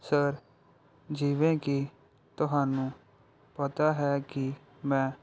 sir ਜਿਵੇਂ ਕਿ ਤੁਹਾਨੂੰ ਪਤਾ ਹੈ ਕਿ ਮੈਂ